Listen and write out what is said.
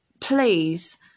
please